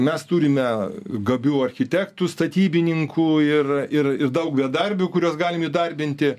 mes turime gabių architektų statybininkų ir ir ir daug bedarbių kuriuos galim įdarbinti